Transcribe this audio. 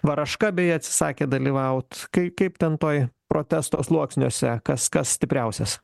varaška bei atsisakė dalyvaut kai kaip ten toj protesto sluoksniuose kas kas stipriausias